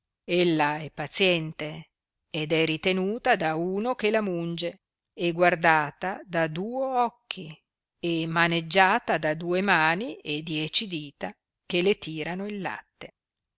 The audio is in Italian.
terra ella è paziente ed è ritenuta da uno che la munge e guardata da duo occhi e maneggiata da due mani e dieci dita che le tirano il latte